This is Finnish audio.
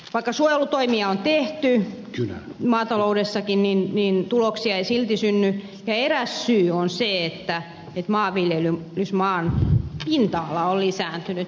vaikka suojelutoimia on tehty maataloudessakin niin tuloksia ei silti synny ja eräs syy on se että maanviljelysmaan pinta ala on lisääntynyt